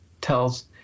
tells